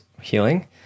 healing